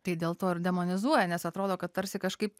tai dėl to ir demonizuoja nes atrodo kad tarsi kažkaip